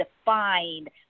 defined